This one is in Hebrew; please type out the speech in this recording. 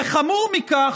וחמור מכך,